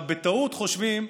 בטעות חושבים,